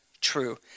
true